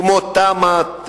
כמו תמ"א,